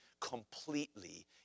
completely